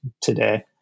today